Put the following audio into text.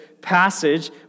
passage